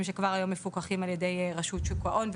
שכבר היום מפוקחים על ידי רשות שוק ההון,